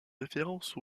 référence